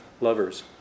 lovers